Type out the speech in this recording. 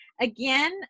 Again